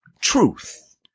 truth